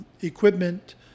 equipment